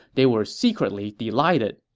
they were secretly delighted.